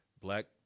Black